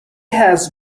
has